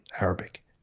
Arabic